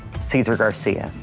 cesar garcia.